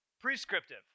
prescriptive